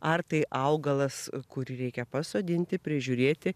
ar tai augalas kurį reikia pasodinti prižiūrėti